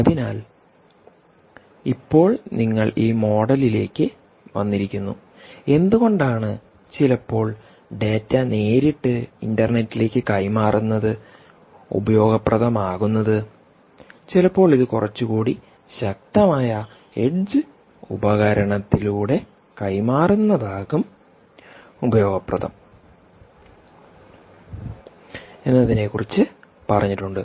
അതിനാൽ ഇപ്പോൾ നിങ്ങൾ ഈ മോഡലിലേക്ക് വന്നിരിക്കുന്നു എന്തുകൊണ്ടാണ് ചിലപ്പോൾ ഡാറ്റ നേരിട്ട് ഇൻറർനെറ്റിലേക്ക് കൈമാറുന്നത് ഉപയോഗപ്രദമാകുന്നത് ചിലപ്പോൾ ഇത് കുറച്ചുകൂടി ശക്തമായ എഡ്ജ് ഉപകരണത്തിലൂടെ കൈമാറുന്നതാകും ഉപയോഗപ്രദം എന്നതിനെക്കുറിച്ച് പറഞ്ഞിട്ടുണ്ട്